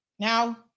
Now